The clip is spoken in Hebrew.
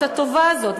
את הטובה הזאת,